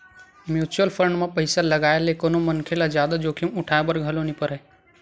mutual fund म पइसा के लगाए ले कोनो मनखे ल जादा जोखिम उठाय बर घलो नइ परय